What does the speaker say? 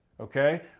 okay